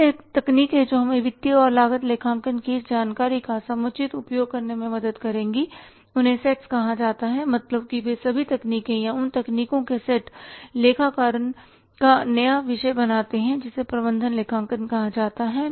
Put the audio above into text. वे तकनीकें जो हमें वित्तीय और लागत लेखांकन की इस जानकारी का समुचित उपयोग करने में मदद करेंगी उन्हें सेट्स कहा जाता है मतलब की वे सभी तकनीकें या उन तकनीकों के सेट लेखा करण का नया विषय बनाते हैं जिसे प्रबंधन लेखांकन कहा जाता है